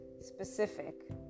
specific